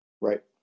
right